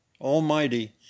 almighty